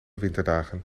winterdagen